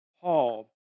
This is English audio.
Paul